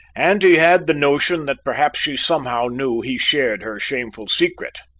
and he had the notion that perhaps she somehow knew he shared her shameful secret.